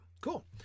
cool